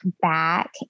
back